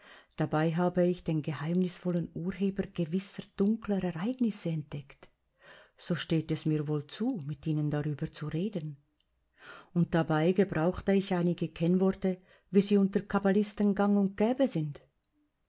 dabei habe ich den geheimnisvollen urheber gewisser dunkler ereignisse entdeckt so steht es mir wohl zu mit ihnen darüber zu reden und dabei gebrauchte ich einige kennworte wie sie unter kabbalisten gang und gäbe sind